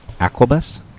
Aquabus